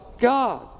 God